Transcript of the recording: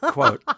Quote